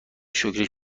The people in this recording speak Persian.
شکرش